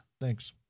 Thanks